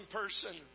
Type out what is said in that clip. person